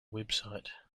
website